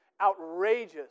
outrageous